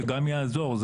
דבר שיעזור.